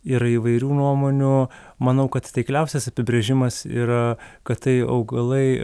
yra įvairių nuomonių manau kad taikliausias apibrėžimas yra kad tai augalai